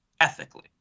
ethically